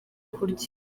kurya